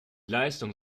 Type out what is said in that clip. leistung